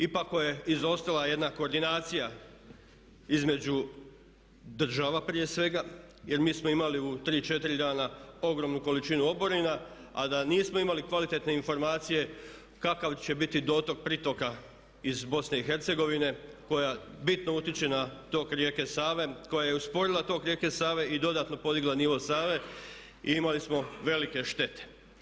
Ipak je izostala jedna koordinacija između država prije svega jer mi smo imali u tri, četiri dana ogromnu količinu oborina a da nismo imali kvalitetne informacije kakav će biti dotok pritoka iz BIH koja bitno utječe na tok rijeke Save koja je usporila tok rijeke Save i dodatno podigla nivo Save i imali smo velike štete.